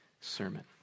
sermon